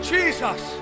Jesus